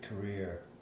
career